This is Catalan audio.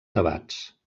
debats